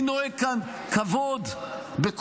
מי נוהג כאן כבוד בכולם?